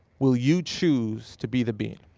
will you choose to be the bean?